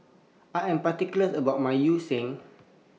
I Am particular about My Yu Sheng